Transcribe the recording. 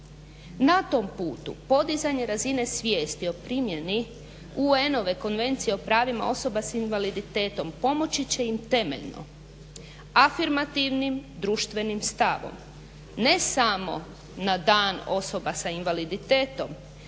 Na tom putu podizanje razine svijesti o primjeni UN-ove Konvencije o pravima osoba s invaliditetom pomoći će im temeljno afirmativnim društvenih stavom, ne samo na Dan osoba s invaliditetom,